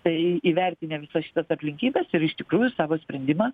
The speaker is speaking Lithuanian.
tai įvertinę visas šitas aplinkybes ir iš tikrųjų savo sprendimą